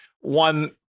one